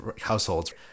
households